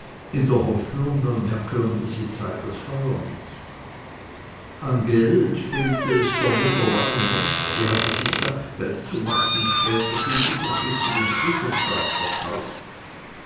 in der hoffnung man merke um diese zeit das feuer nicht an geld fehlte es der mutter lange nicht sie hatte sich sackgeld gemacht und später viel überflüssigen flitterstaat verkauft